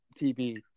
TV